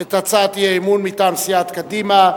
את הצעת האי-אמון מטעם סיעת קדימה,